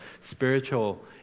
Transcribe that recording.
spiritual